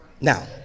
Now